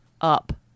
up